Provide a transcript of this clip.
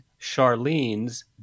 Charlene's